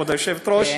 כבוד היושבת-ראש,